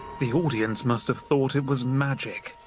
the audience must have thought it was magic,